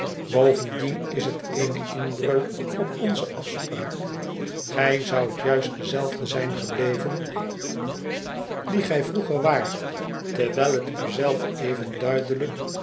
bovendien is het eene inbreuk op onze afspraak gij zoudt juist dezelfde zijn gebleven die gij vroeger waart terwijl het u zelve even duidelijk